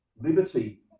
liberty